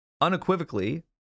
unequivocally